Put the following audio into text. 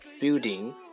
building